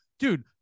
Dude